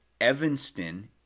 Evanston